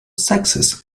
sexes